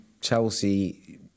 Chelsea